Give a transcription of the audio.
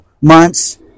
months